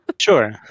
Sure